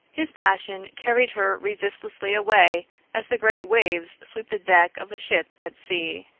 his passion carried her resistlessly away as the great waves sweep the deck of a ship at sea.